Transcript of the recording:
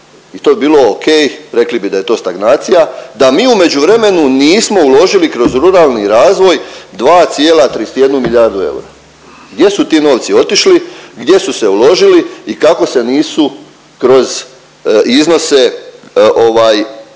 i to bi bilo ok, rekli bi da je to stagnacija da mi u međuvremenu nismo uložili kroz ruralni razvoj 2,31 milijardu eura. Gdje su ti novci otišli? Gdje su se uložili i kako se nisu kroz iznose